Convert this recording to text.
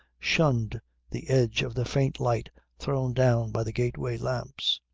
shunned the edge of the faint light thrown down by the gateway lamps.